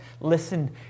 listen